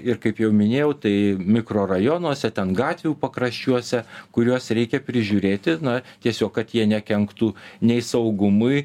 ir kaip jau minėjau tai mikrorajonuose ten gatvių pakraščiuose kuriuos reikia prižiūrėti na tiesiog kad jie nekenktų nei saugumui